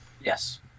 Yes